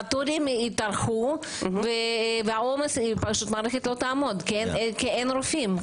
התורים יתארכו והמערכת פשוט לא תעמוד כי אין רופאים,